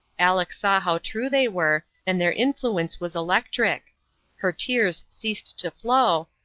aleck saw how true they were, and their influence was electric her tears ceased to flow,